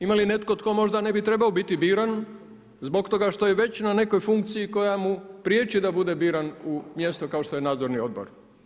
Ima li netko tko možda ne bi trebao biti biran zbog toga što je već na nekoj funkciji koja mu prijeći da bude biran u mjesto kao što je nadzorni odbor?